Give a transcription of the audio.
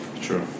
True